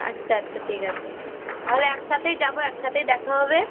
আচ্ছা আচ্ছা ঠিক আছে তাহলে একসাথেই যাবো একসাথেই দেখা হবে